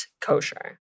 kosher